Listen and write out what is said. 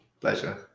Pleasure